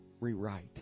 rewrite